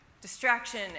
distraction